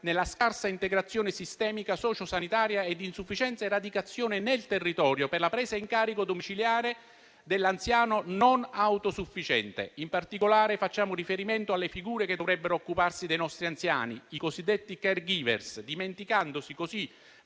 nella scarsa integrazione sistemica sociosanitaria e di insufficiente radicazione nel territorio per la presa in carico domiciliare dell'anziano non autosufficiente. In particolare facciamo riferimento alle figure che dovrebbero occuparsi dei nostri anziani, i cosiddetti *caregiver* dimenticandoci così